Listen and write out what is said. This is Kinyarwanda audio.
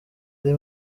ari